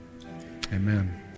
amen